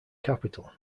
capitol